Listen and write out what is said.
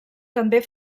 també